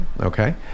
okay